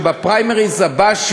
בפריימריז הבאים,